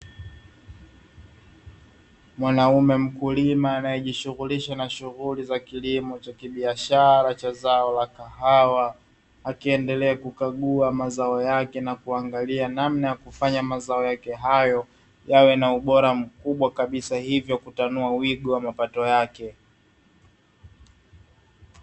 Mwanaume mkulima anayejishughulisha na shughuli za kilimo cha kibiashara cha zao la kahawa, akiendelea kukagua mazao yake na kuangalia namna ya kufanya mazao yake hayo yawe na ubora mkubwa kabisa hivyo kutanua wigo wa mapato yake.